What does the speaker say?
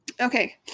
Okay